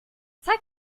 zeig